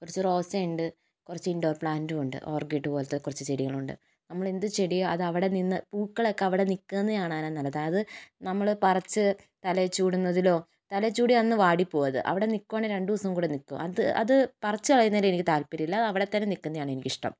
കുറച്ച് റോസയുണ്ട് കുറച്ച് ഇൻഡോർ പ്ലാൻറ്റുവുണ്ട് ഓർക്കിഡ് പോലത്ത കുറച്ച് ചെടികളുണ്ട് നമ്മളെന്ത് ചെടി അതവിടെ നിന്ന് പൂക്കളൊക്കെ അവിടെ നിക്കുന്നയാണ് കാണാൻ നല്ലത് അത് നമ്മള് പറിച്ച് തലയിൽ ചൂടുന്നതിലോ തലയിൽ ചൂടിയാൽ അന്ന് വാടി പോകും അത് അവിടെ നിൽക്കുവാണേൽ രണ്ട് ദിവസം കൂടെ നിക്കും അത് അത് പറിച്ച് കളയുന്നതിൽ എനിക്ക് താൽപര്യ ഇല്ല അത് അവിടെ തന്നെ നിക്കുന്നയാണ് എനിക്കിഷ്ടം